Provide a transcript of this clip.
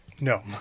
No